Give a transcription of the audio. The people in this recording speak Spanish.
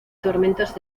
tormentas